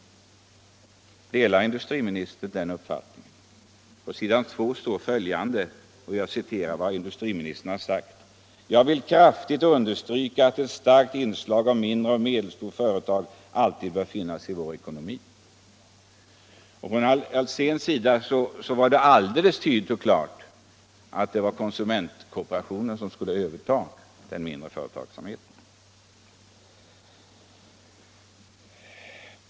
Delar industriministern den uppfattningen? Jag citerar följande ur industriministerns svar: ”Jag vill kraftigt understryka att ett starkt inslag av mindre och medelstora företag alltid bör finnas i vår ekonomi.” Herr Alsén ansåg tydligt och klart att det var konsumentkooperationen som skulle överta den mindre företagsamheten.